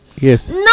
yes